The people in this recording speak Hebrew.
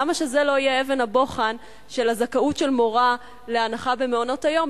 למה שזה לא יהיה אבן הבוחן של הזכאות של מורה להנחה במעונות-היום,